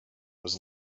was